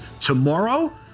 Tomorrow